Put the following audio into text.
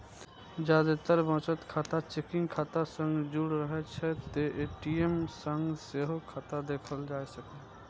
जादेतर बचत खाता चेकिंग खाता सं जुड़ रहै छै, तें ए.टी.एम सं सेहो खाता देखल जा सकैए